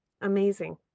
Amazing